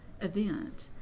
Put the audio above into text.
event